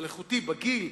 איכותי בגיל,